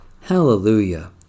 Hallelujah